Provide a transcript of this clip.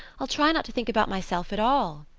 i'll try not to think about myself at all.